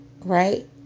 Right